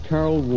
Carol